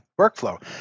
workflow